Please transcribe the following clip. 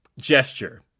gesture